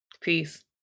Peace